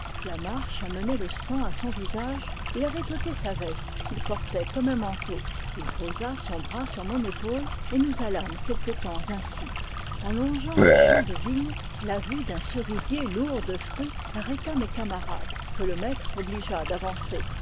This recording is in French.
la marche amenait le sang à son visage il avait ôté sa veste qu'il portait comme un manteau il posa son bras sur mon épaule et nous allâmes quelque temps ainsi en longeant un champ de vigne la vue d'un cerisier lourd de fruits arrêta mes camarades que le maître obligea d'avancer